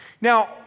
Now